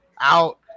out